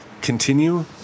Continue